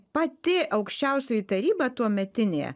pati aukščiausioji taryba tuometinė